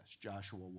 Joshua